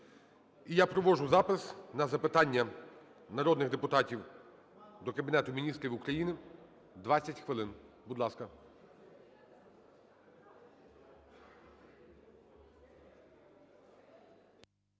я проводжу запис на запитання народних депутатів до Кабінету Міністрів України – 20 хвилин, будь ласка.